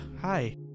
hi